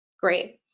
Great